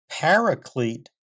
paraclete